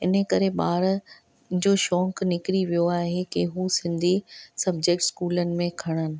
इन करे ॿार जो शौंकु निकरी वयो आहे कि हू सिंधी सब्जेक्ट स्कूलनि में खणनि